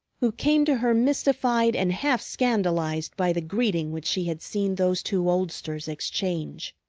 who came to her, mystified and half scandalized by the greeting which she had seen those two oldsters exchange.